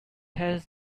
has